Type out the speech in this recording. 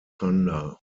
thunder